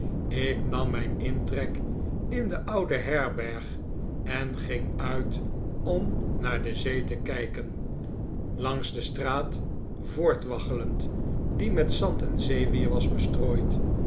ik nam mijn intrek in de oude herberg en ging uit om naar de zee te kijken langs de straat voortwaggelend die met zand en zeewier was bestrooid